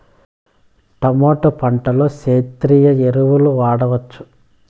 Tomato పంట లో సేంద్రియ ఎరువులు వాడవచ్చా?